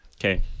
Okay